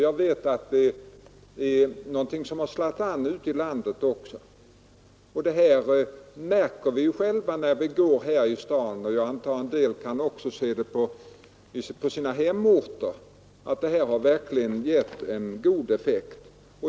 Jag vet att detta också har slagit an ute i landet. Vi märker det själva, när vi går här i staden — en del kan nog också se det i sina hemorter — att stödet verkligen gett en god effekt.